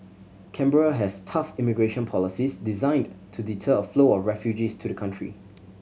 Canberra has tough immigration policies designed to deter a flow of refugees to the country